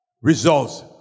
results